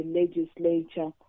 legislature